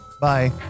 Bye